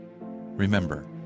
Remember